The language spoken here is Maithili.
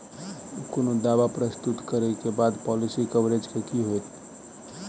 कोनो दावा प्रस्तुत करै केँ बाद पॉलिसी कवरेज केँ की होइत?